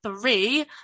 three